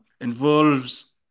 involves